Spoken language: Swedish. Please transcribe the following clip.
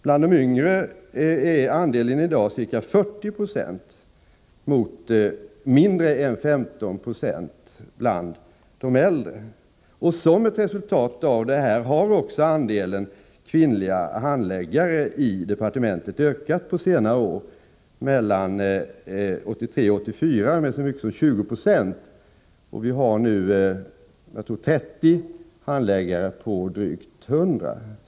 Bland de yngre är andelen i dag ca 40 96 mot mindre än 15 96 bland de äldre. Som ett resultat härav har också andelen kvinnliga handläggare i departementet ökat under senare år, mellan 1983 och 1984 med så mycket som 20 9. Jag tror att vi nu har 30 kvinnliga handläggare på drygt 100.